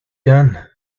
done